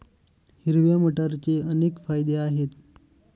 हिरव्या मटारचे अनेक फायदे आहेत